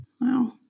Wow